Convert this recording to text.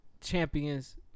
Champions